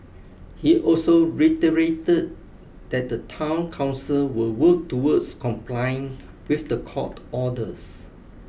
he also reiterated that the town council will work towards complying with the court orders